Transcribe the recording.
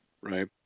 Right